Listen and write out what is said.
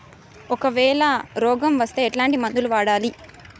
ఒకవేల రోగం వస్తే ఎట్లాంటి మందులు వాడాలి?